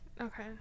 okay